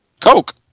Coke